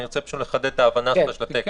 אני רוצה לחדד את ההבנה של הטקסט.